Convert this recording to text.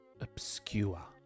Obscure